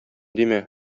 димә